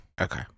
Okay